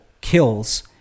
kills